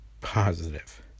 positive